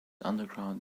underground